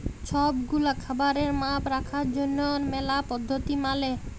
সব গুলা খাবারের মাপ রাখার জনহ ম্যালা পদ্ধতি মালে